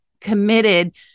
committed